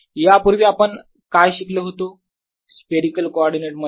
यापूर्वी आपण काय शिकलो होतो स्पियरिकल कोऑर्डिनेट मध्ये